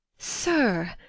Sir